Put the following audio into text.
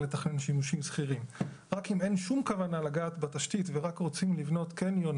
אני פותחת את דיוני הוועדה.